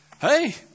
hey